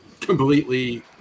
completely